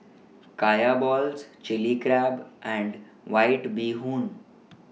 Kaya Balls Chilli Crab and White Bee Hoon